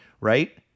Right